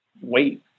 wait